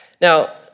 Now